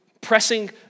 pressing